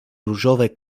różowe